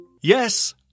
Yes